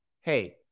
hey